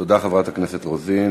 תודה, חברת הכנסת רוזין.